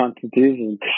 Constitution